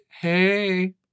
Hey